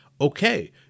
okay